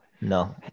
No